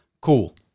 Cool